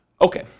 Okay